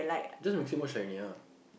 just maximum shiny ah